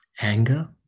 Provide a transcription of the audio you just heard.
Anger